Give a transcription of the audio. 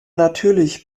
natürlich